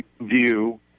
view